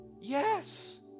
Yes